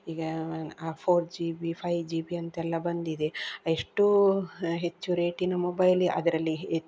ಈಗ ಆ four G B five G B ಅಂತೆಲ್ಲ ಬಂದಿದೆ ಎಷ್ಟು ಹೆಚ್ಚು ರೇಟಿನ ಮೊಬೈಲ್ ಅದರಲ್ಲಿ